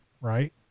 right